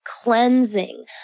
cleansing